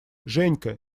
женька